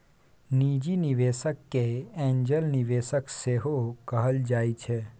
निजी निबेशक केँ एंजल निबेशक सेहो कहल जाइ छै